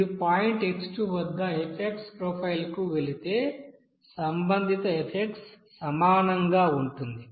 మీరు point x2 వద్ద f ప్రొఫైల్కు వెళితే సంబంధిత f సమానంగా ఉంటుంది